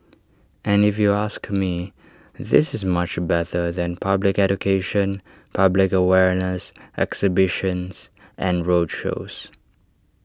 and if you ask me this is much better than public education public awareness exhibitions and roadshows